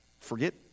Forget